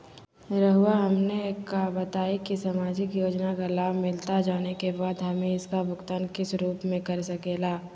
रहुआ हमने का बताएं की समाजिक योजना का लाभ मिलता जाने के बाद हमें इसका भुगतान किस रूप में कर सके ला?